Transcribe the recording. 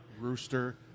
Rooster